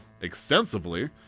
extensively